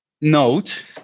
note